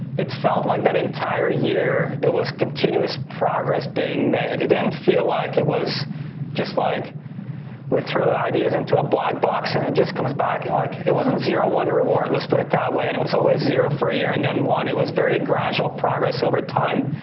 it's felt like that entire year there was continuous progress being made. it didn't feel like it was just like we throw ideas into a black box, and it just comes back, and like it wasn't zero one reward. let's put it that way, and it was always zero for a year and then one. it was very gradual progress over time.